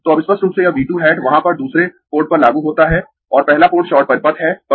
तो अब स्पष्ट रूप से यह V 2 हैट वहां पर दूसरे पोर्ट पर लागू होता है और पहला पोर्ट शॉर्ट परिपथ है पर